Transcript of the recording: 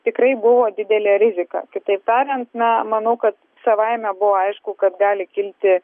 tikrai buvo didelė rizika kitaip tariant na manau kad savaime buvo aišku kad gali kilti